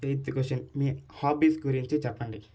eighth question మీ hobbies గురించి చెప్పండి